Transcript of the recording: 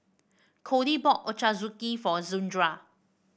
Codi bought Ochazuke for Zandra